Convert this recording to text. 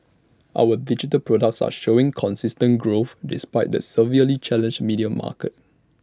our digital products are showing consistent growth despite the severely challenged media market